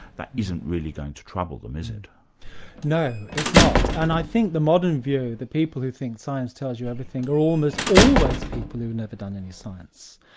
that isn't really going to trouble them, is it? no, it's not. and i think the modern view, the people who think science tells you everything, are almost always people who've never done any science.